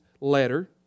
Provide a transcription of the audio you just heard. letter